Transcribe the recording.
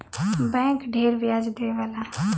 bank ढेर ब्याज देवला